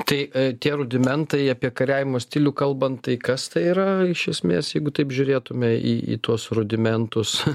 tai tie rudimentai apie kariavimo stilių kalbant tai kas tai yra iš esmės jeigu taip žiūrėtume į į tuos rudimentus